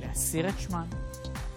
אבל יש כמה בעיות, יש כמה